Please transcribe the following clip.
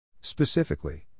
Specifically